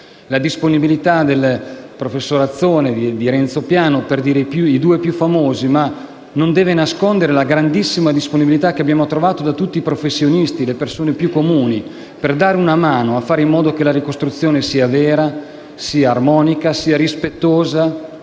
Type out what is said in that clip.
La disponibilità del professor Azzone e di Renzo Piano per citare i due più famosi, non deve però nascondere la grandissima disponibilità che abbiamo trovato da tutti i professionisti, le persone più comuni, per dare una mano a fare in modo che la ricostruzione sia vera, sia armonica, sia rispettosa